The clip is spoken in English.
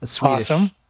Awesome